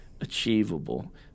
achievable